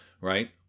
Right